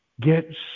get